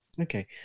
Okay